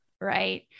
right